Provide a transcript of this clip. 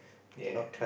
yea